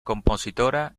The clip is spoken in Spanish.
compositora